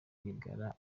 rwigara